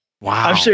Wow